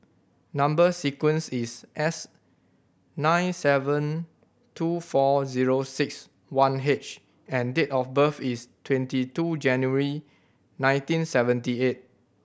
number sequence is S nine seven two four zero six one H and date of birth is twenty two January nineteen seventy eight